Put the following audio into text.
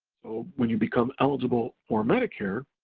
so when you become eligible for medicare,